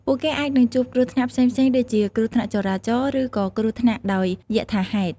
ពួកគេអាចនឹងជួបគ្រោះថ្នាក់ផ្សេងៗដូចជា គ្រោះថ្នាក់ចរាចរណ៍ ឬក៏គ្រោះថ្នាក់ដោយយថាហេតុ។